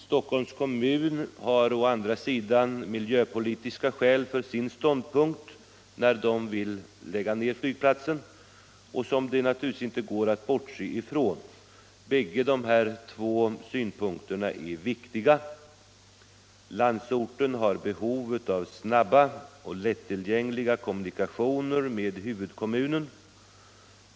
Stockholms kommun, som vill lägga ner flygplatsen, har å andra sidan miljöpolitiska skäl för sin ståndpunkt som det inte går att bortse från. Bägge de här synpunkterna är viktiga. Landsorten har behov av snabba och lättillgängliga kommunikationer med huvudkommunen.